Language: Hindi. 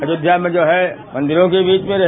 आयोध्या में जो है मंदिरों के बीच में रहे